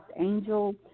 Angel